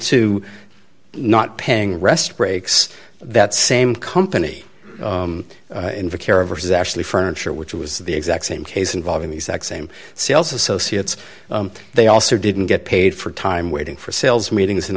to not paying rest breaks that same company invacare of which is actually furniture which was the exact same case involving the exact same sales associates they also didn't get paid for time waiting for sales meetings and